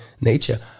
nature